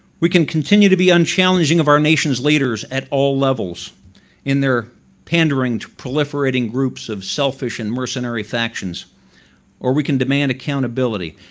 we can continue to be unchallenging of our nation's leaders at all levels in their pandering to proliferating groups of selfish and mercenary factions or we can demand accountability.